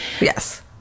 Yes